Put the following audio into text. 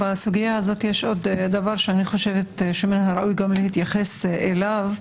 בסוגיה הזאת יש עוד דבר שאני חושבת שמן הראוי להתייחס אליו.